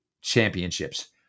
championships